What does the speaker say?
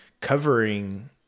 covering